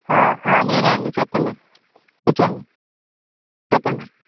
నేనుఅండి చెప్పండి కూర్చోండి చెప్పండి